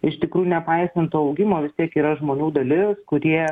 iš tikrųjų nepaisant to augimo vis tiek yra žmonių dalis kurie